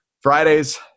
Friday's